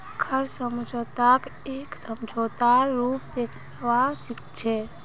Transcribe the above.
कर्ज समझौताक एकटा समझौतार रूपत देखवा सिख छी